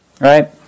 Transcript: right